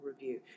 review